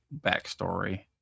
backstory